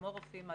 כמו רופאים,